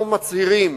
אנחנו מצהירים